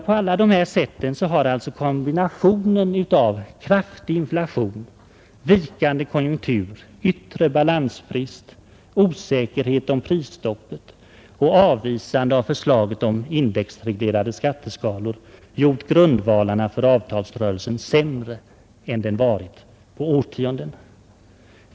På alla dessa sätt har alltså kombinationen av kraftig inflation, vikande konjunktur, yttre balansbrist, osäkerhet om prisstoppet och avvisande av förslaget om indexreglerade skatteskalor gjort grundvalarna för avtalsrörelsen sämre än de varit på årtionden.